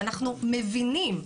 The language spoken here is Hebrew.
שאנחנו מבינים,